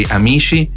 amici